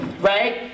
right